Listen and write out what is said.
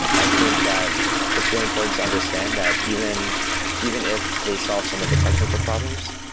i think that it's really important to understand that even even if they solve some of the technical problems,